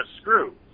screw